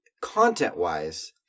content-wise